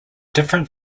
different